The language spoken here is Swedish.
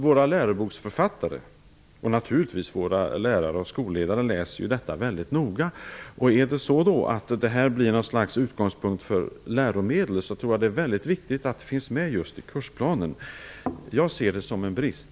Våra läroboksförfattare och naturligtvis våra lärare och skolledare läser detta mycket noga, och om detta skall bli en utgångspunkt för utformningen av läromedel, är det viktigt att det finns med i kursplanen. Att så inte är fallet ser jag som en brist.